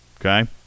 okay